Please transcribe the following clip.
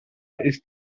ist